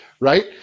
right